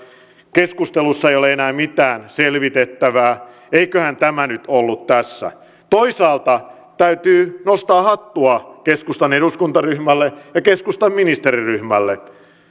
keskustelussa ei ole enää mitään selvitettävää eiköhän tämä nyt ollut tässä toisaalta täytyy nostaa hattua keskustan eduskuntaryhmälle ja keskustan ministeriryhmälle